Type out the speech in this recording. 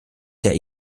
der